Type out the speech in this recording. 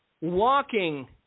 walking